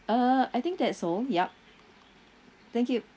uh I think that's all yup thank you